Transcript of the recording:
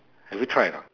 have you tried or not